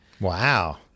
Wow